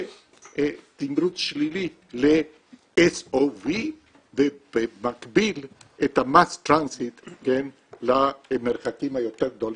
ותמרוץ שלילי ל-SOV ובמקביל את ה-mass transit למרחקים היותר גדולים,